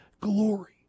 glory